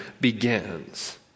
begins